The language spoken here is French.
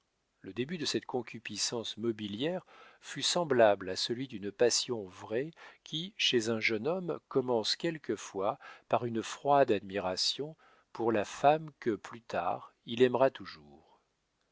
le début de cette concupiscence mobilière fut semblable à celui d'une passion vraie qui chez un jeune homme commence quelquefois par une froide admiration pour la femme que plus tard il aimera toujours